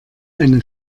eine